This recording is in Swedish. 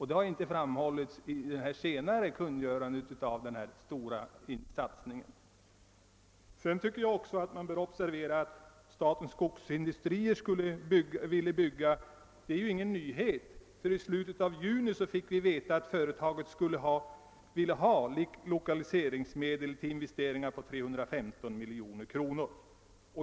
Det har inte framhållits vid det senaste kungörandet av denna stora satsning. Det bör också observeras att det inte heller är någon nyhet att Statens skogsindustrier ämnar bygga ut. I slutet av juni fick vi veta att företaget ansökt om lokaliseringsmedel för investeringar på 315 miljoner kronor.